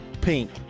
Pink